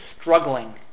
struggling